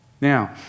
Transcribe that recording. now